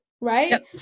right